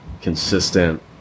consistent